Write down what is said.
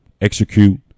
Execute